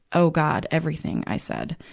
oh, god, everything i said.